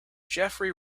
jeffery